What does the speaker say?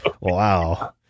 Wow